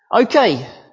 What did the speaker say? Okay